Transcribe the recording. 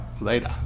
Later